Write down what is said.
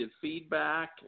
feedback